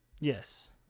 Yes